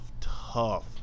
tough